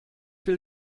will